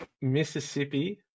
Mississippi